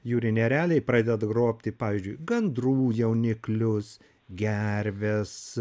jūriniai ereliai pradeda grobti pavyzdžiui gandrų jauniklius gerves